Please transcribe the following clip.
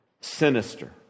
sinister